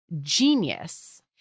Genius